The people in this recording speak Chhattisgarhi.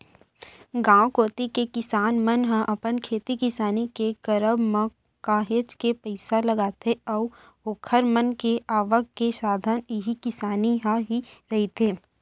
गांव कोती के किसान मन ह अपन खेती किसानी के करब म काहेच के पइसा लगाथे अऊ ओखर मन के आवक के साधन इही किसानी ह ही रहिथे